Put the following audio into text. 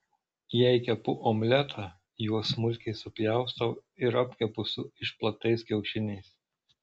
jei kepu omletą juos smulkiai supjaustau ir apkepu su išplaktais kiaušiniais